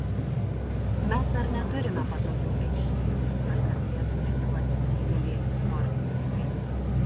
mes dar neturime patogių aikštynų kuriuose galėtų treniruotis neįgalieji sportininkai